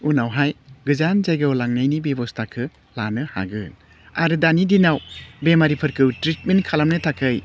उनावहाय गोजान जायगायाव लांनायनि बेबस्थाखौ लानो हागोन आरो दानि दिनाव बेमारिफोरखौ ट्रिटमेन्ट खालामनो थाखाय